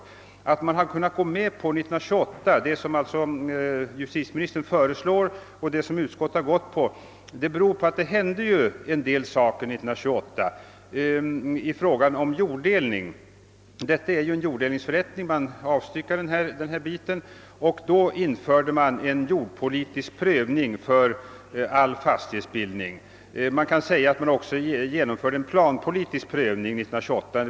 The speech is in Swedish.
Att utskottsmajoriteten kunnat gå med på 1928, som justitieministern föreslår, beror på att det hände en del år 1928 i fråga om jorddelning. Det vi nu talar om är en jorddelningsförrättning, d.v.s. en del avstyckas. 1928 infördes en jordpolitisk prövning för all fastighetsbildning. Dessutom genomfördes en planpolitisk prövning.